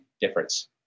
difference